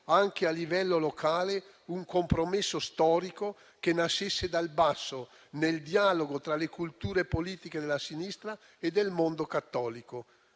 anche a livello locale, un compromesso storico che nascesse dal basso, nel dialogo tra le culture politiche della sinistra e del mondo cattolico.